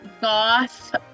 goth